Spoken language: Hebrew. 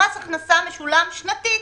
מס ההכנסה משולם שנתית,